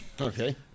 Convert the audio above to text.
Okay